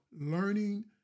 learning